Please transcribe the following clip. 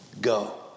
go